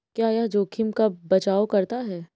क्या यह जोखिम का बचाओ करता है?